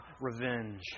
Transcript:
revenge